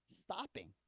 stopping